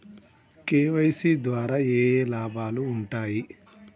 KYC ద్వారా ఏఏ లాభాలు ఉంటాయి?